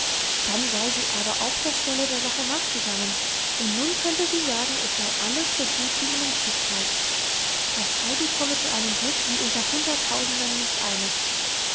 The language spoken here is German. dann sei sie aber auf der stelle der sache nachgegangen und nun könne sie sagen es sei alles so gut wie in richtigkeit das heidi komme zu einem glück wie unter hunderttausenden nicht eines